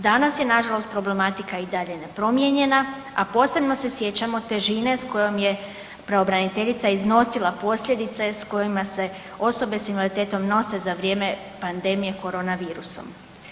Danas je nažalost problematika i dalje nepromijenjena, a posebno se sjećamo težine s kojom je pravobraniteljica iznosila posljedice s kojima se osobe s invaliditetom nose za vrijeme pandemije koronavirusom.